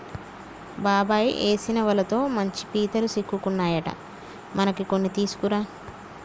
బాబాయ్ ఏసిన వలతో మంచి పీతలు సిక్కుకున్నాయట మనకి కొన్ని తీసుకురా